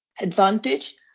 Advantage